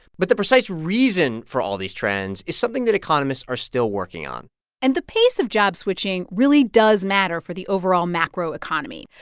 but the precise reason for all these trends is something that economists are still working on and the pace of job switching really does matter for the overall macro economy.